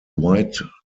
white